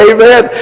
Amen